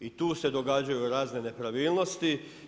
I tu se događaju razne nepravilnosti.